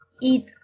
eat